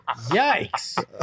Yikes